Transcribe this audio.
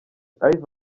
ivan